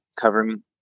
covering